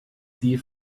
die